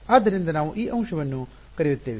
ಆದ್ದರಿಂದ ನಾವು ಈ ಅಂಶವನ್ನು ಕರೆಯುತ್ತೇವೆ